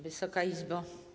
Wysoka Izbo!